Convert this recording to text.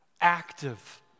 active